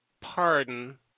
Pardon